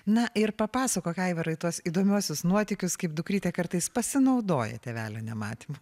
na ir papasakok aivarai tas įdomiuosius nuotykius kaip dukrytė kartais pasinaudoja tėvelio nematymu